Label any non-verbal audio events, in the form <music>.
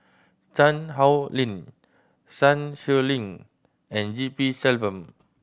Chan <unintelligible> Lin Sun Xueling and G P Selvam